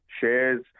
shares